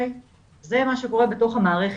זה מה שקורה בתוך המערכת.